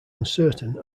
uncertain